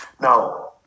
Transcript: Now